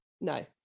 no